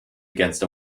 against